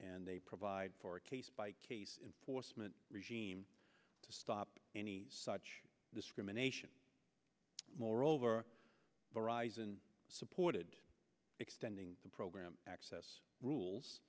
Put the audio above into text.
and they provide for a case by case in portsmouth regime to stop any such discrimination moreover they arise and supported extending the program access rules